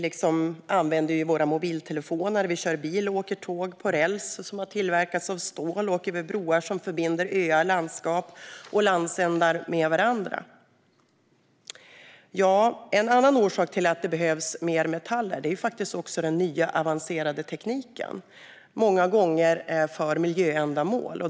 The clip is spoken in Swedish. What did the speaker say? Vi använder våra mobiltelefoner, kör bil, åker tåg på räls som tillverkats av stål och åker över broar som förbinder öar, landskap och landsändar med varandra. En annan orsak till att det behövs mer metaller är den nya avancerade tekniken, många gånger för miljöändamål.